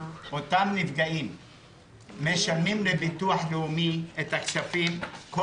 אותם נפגעים משלמים כסף לביטוח הלאומי בכל